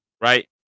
Right